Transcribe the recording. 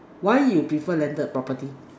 why you prefer landed property